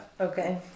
Okay